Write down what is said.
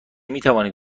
میتوانید